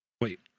Wait